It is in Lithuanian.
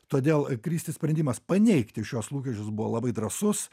todėl kristi sprendimas paneigti šiuos lūkesčius buvo labai drąsus